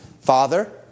father